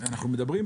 אנחנו מדברים.